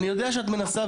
אני יודע שאת מנסה,